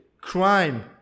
crime